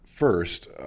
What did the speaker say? First